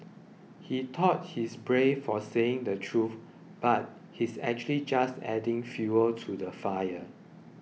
he thought he's brave for saying the truth but he's actually just adding fuel to the fire